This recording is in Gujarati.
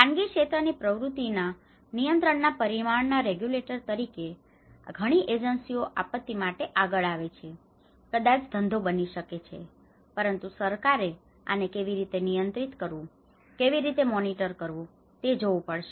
ખાનગી ક્ષેત્રની પ્રવૃત્તિના નિયંત્રણના પરિમાણના રેગ્યુલેટર તરીકે કારણ કે ઘણી એજન્સીઓ આપત્તિ માટે આગળ આવે છે તે કદાચ ધંધો બની શકે છે પરંતુ સરકારે આને કેવી રીતે નિયંત્રિત કરવું તે કેવી રીતે મોનિટર કરવું તે જોવું પડશે